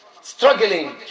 struggling